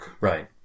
Right